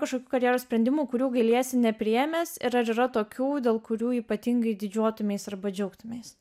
kažkokių karjeros sprendimų kurių gailiesi nepriėmęs ir ar yra tokių dėl kurių ypatingai didžiuotumeis arba džiaugtumeis